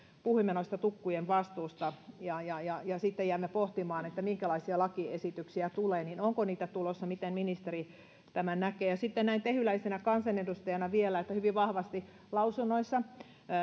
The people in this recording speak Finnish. noista tukkujen vastuista ja ja sitten jäimme pohtimaan minkälaisia lakiesityksiä tulee onko niitä tulossa miten ministeri tämän näkee sitten näin tehyläisenä kansanedustajana vielä se että hyvin vahvasti lausunnoissa